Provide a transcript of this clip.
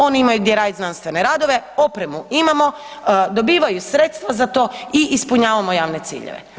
Oni imaju gdje raditi znanstvene radove, opremu imamo, dobivaju sredstva za to i ispunjavamo javne ciljeve.